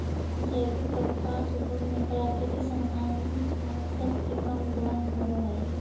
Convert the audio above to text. जैविक कपास उद्योग में प्राकृतिक संसाधन सब के कम दोहन होब हई